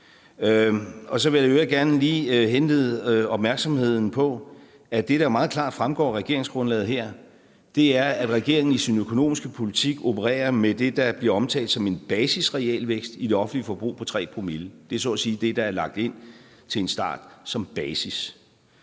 jeg da i øvrigt gerne lige henlede opmærksomheden på, at det, der meget klart fremgår af regeringsgrundlaget her, er, at regeringen i sin økonomiske politik opererer med det, der bliver omtalt som en basisrealvækst i det offentlige forbrug på 3 promille. Det er så at sige det, der er lagt ind til en start, som basis.